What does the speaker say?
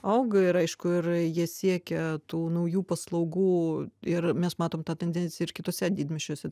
auga ir aišku ir jie siekia tų naujų paslaugų ir mes matom tą tendenciją ir kituose didmiesčiuose